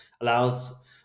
allows